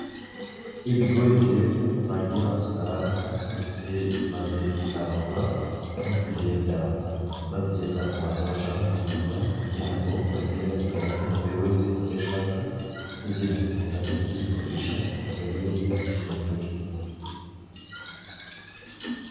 Ibigori byeze bagiye basuka hasi ndetse bimaze gusarurwa, barimo kugenda babigeza ku bantu bashaka kubigura kugira ngo bagende batoranya buri wese icyo ashaka, kugira ngo ajye kugikoresha agitegure nk'ifunguro.